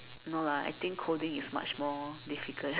no lah I think coding is much more difficult